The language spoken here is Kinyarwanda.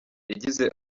yagize